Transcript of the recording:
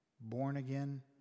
born-again